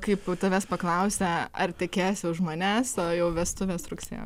kaip tavęs paklausia ar tekėsi už manęs o jau vestuvės rugsėjo